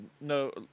no